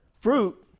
Fruit